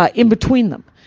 ah in between them.